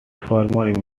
former